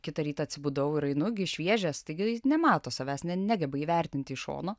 kitą rytą atsibudau ir einu gi šviežias taigi jis nemato savęs nes negeba įvertinti iš šono